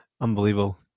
Unbelievable